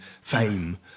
fame